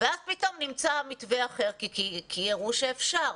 נמצא מתווה אחר כי הראו שאפשר.